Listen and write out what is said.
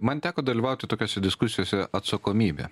man teko dalyvauti tokiose diskusijose atsakomybė